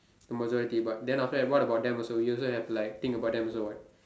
majority but then after that what about them also you also have like think about them also [what]